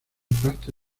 parte